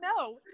No